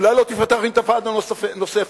אולי לא תיפתח אינתיפאדה נוספת.